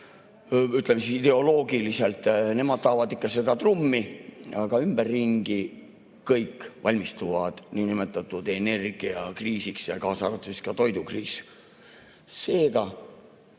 ütleme siis, ideoloogiliselt, nemad taovad ikka seda trummi, aga ümberringi kõik valmistuvad niinimetatud energiakriisiks, kaasa arvatud toidukriisiks.